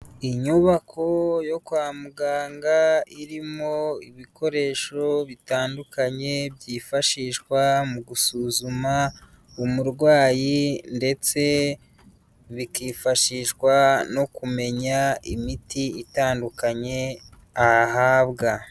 Inyubako yo kwa muganga irimo ibikoresho bitandukanye byifashishwa mu gusuzuma umurwayi ndetse bikifashishwa no kumenya imiti itandukanye ahabwa.